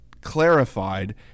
clarified